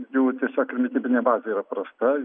jų tiesiog ir mitybinė bazė yra prasta